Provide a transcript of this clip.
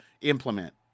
implement